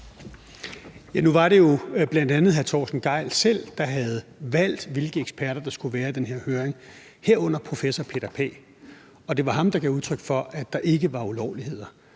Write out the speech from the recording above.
Nu var det jo bl.a. hr. Torsten Gejl selv, der havde valgt, hvilke eksperter der skulle være i den her høring, herunder professor Peter Pagh, og det var ham, der gav udtryk for, at der ikke var ulovligheder.